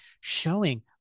showing